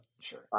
sure